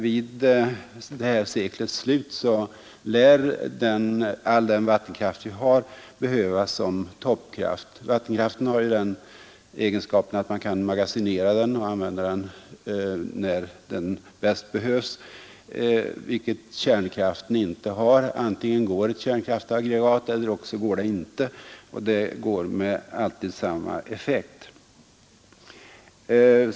Vid det här seklets slut lär all den vattenkraft vi har behövas som toppkraft Vattenkraft har ju den egenskapen att man kan magasinera den och använda den när den bäst behövs, vilket kärnkraften inte har. Antingen går ett kärnkraftsaggregat eller också går det inte; det arbetar alltid med samma effekt.